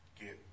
get